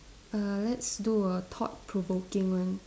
err let's do a thought provoking one